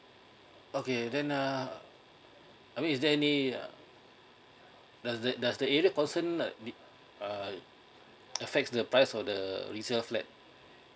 okay then uh I mean is there any does the does the area concern uh affects the price for the resale flat